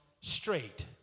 straight